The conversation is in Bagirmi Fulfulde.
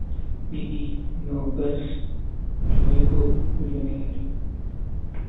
Didi, nogas juego, ujuneere.